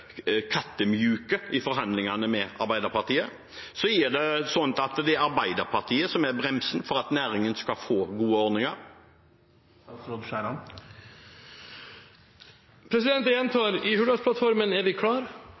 i forhandlingene med Arbeiderpartiet. Er det Arbeiderpartiet som er bremsen for at næringen skal få gode ordninger? Jeg gjentar: I Hurdalsplattformen er vi klar på at nettolønnsordningen skal styrkes, og vi